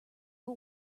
but